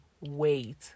wait